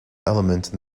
element